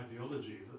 ideology